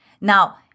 Now